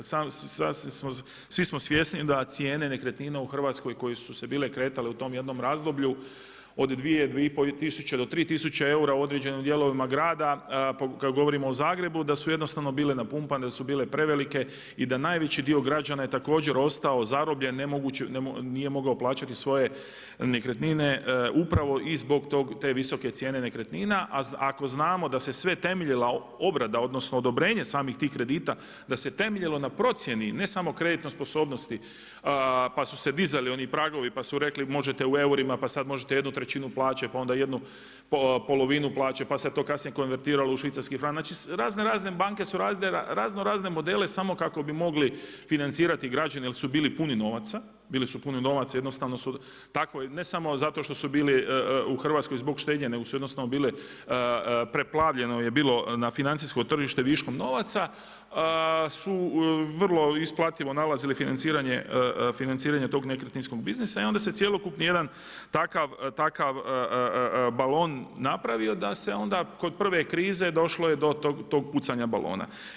Svi smo svjesni da cijene nekretnina u Hrvatskoj koje su se bile kretale u tom jednom razdoblju od 2, 2 i pol do 3 tisuće eura u određenim dijelovima grada, kada govorimo o Zagrebu, da su jednostavno bile napumpane, da su bile prevelike i da najveći dio građana je također ostao zarobljen, nije mogao plaćati svoje nekretnine upravo i zbog te visoke cijene nekretnina, a ako znamo da se sve temeljila odnosno odobrenje samih tih kredita da se temeljilo na procijeni ne samo kreditne sposobnosti pa su se dizali oni pragovi, pa su rekli možete u eura pa sad možete 1/3 plaće, pa onda ½ plaće, pa se to kasnije konvertiralo u švicarski franak, znači razno razne banke radile razno razne modele samo kako bi mogli financirati građane jer su bili puni novaca, bili su puni novaca, jednostavno su tako, ne samo zato što su bili u Hrvatskoj zbog štednje, nego su jednostavno bili, preplavljeno je bilo financijsko tržište viškom novaca su vrlo isplativo nalazi financiranje tog nekretninskog biznisa i onda se cjelokupni jedan takav balon napravio da se onda kod prve krize, došlo je do tog pucanja balona.